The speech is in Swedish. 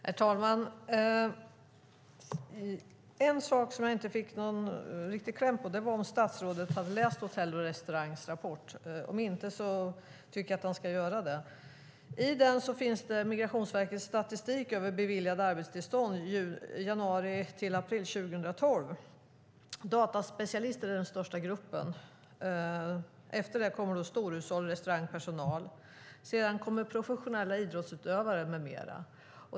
Herr talman! En sak som jag inte fick någon riktig kläm på var om statsrådet hade läst Hotell och Restaurangs rapport. Om inte tycker jag att han ska göra det. I den finns Migrationsverkets statistik över beviljade arbetstillstånd januari-april 2012. Dataspecialister är den största gruppen. Efter den kommer storhushåll och restaurangpersonal. Sedan kommer professionella idrottsutövare med mera.